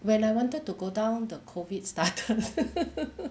when I wanted to go down the COVID started